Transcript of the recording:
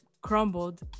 crumbled